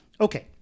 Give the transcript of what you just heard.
Okay